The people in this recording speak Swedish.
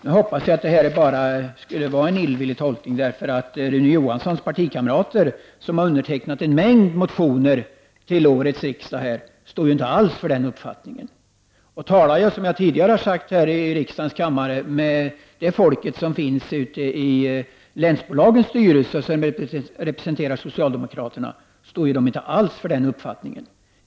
Jag hoppas att detta bara är en illvillig tolkning. Rune Johanssons partikamrater, som har undertecknat en mängd motioner till årets riksmöte, står inte alls för denna uppfattning. Talar man med de människor som representerar socialdemokraterna i länsbolagens styrelser finner man, vilket jag tidigare har sagt i denna kammare, att de inte alls står för den här uppfattningen.